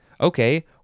Okay